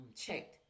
checked